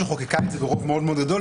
שחוקקה את זה ברוב מאוד מאוד גדול,